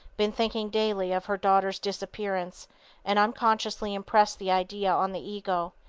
been thinking daily of her daughter's disappearance and unconsciously impressed the idea on the ego,